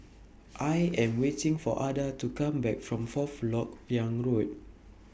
I Am waiting For Ada to Come Back from Fourth Lok Yang Road